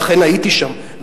ואכן הייתי שם,